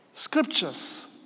Scriptures